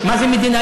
חבר הכנסת גפני,